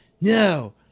no